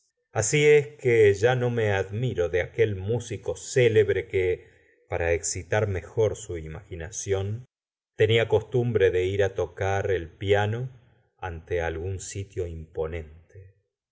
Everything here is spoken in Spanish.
así es que ya no me admiro de aquel músico célebre que para excitar mejor su imaginación tenía costumbre de ir á tocar el piano ante algún sitio imponente